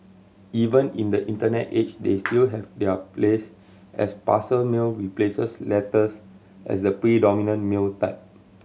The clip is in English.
even in the internet age they still have their place as parcel mail replaces letters as the predominant mail type